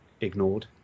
ignored